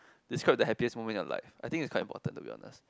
describe the happiest moment in your life I think it's quite important to be honest